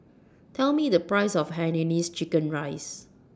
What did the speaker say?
Tell Me The Price of Hainanese Chicken Rice